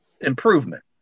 improvement